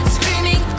Screaming